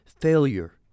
Failure